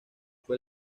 fue